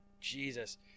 Jesus